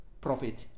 profit